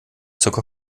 zucker